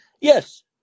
yes